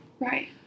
Right